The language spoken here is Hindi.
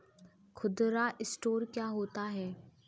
खुदरा स्टोर क्या होता है?